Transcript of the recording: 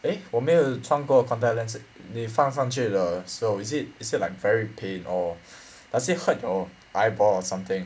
eh 我没有穿过 contact lens le~ 你放上去的时候 is it is it like very pain or does it hurt your eyeball or something